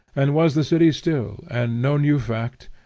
and was the city still, and no new fact,